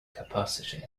capacity